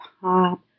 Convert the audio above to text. pop